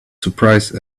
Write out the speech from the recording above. surprised